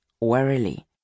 warily